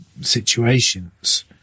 situations